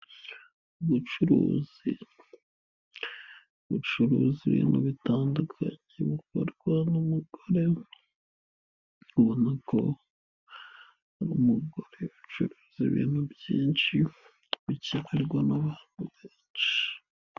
Ubucuruzi, bucuruza ibintu bitandukanye bikorwa n'umugore, ubona ko ari umugore ucuruza ibintu byinshi, bikenerwa n'abantu benshi.